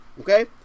okay